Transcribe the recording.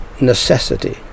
necessity